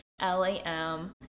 l-a-m